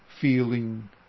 feeling